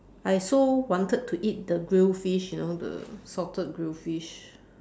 I also wanted to eat the grill fish you know the salted grill fish